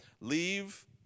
Leave